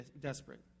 desperate